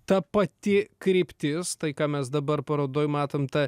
ta pati kryptis tai ką mes dabar parodoj matom ta